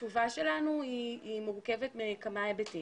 התשובה שלנו היא מורכבת מכמה היבטים.